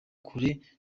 kure